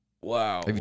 wow